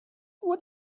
what